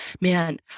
man